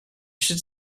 should